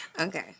Okay